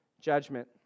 judgment